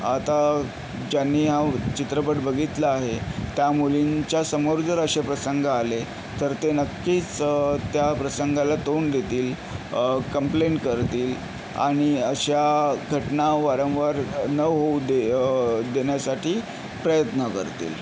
आता ज्यांनी हा चित्रपट बघितला आहे त्या मुलींच्या समोर जर असे प्रसंग आले तर ते नक्कीच त्या प्रसंगाला तोंड देतील कम्प्लेन्ट करतील आणि अशा घटना वारंवार न होऊ दे देण्यासाठी प्रयत्न करतील